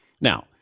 Now